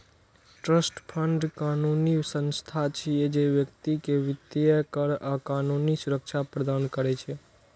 trust fund कानूनी संस्था छियै, जे व्यक्ति कें वित्तीय, कर आ कानूनी सुरक्षा प्रदान करै छै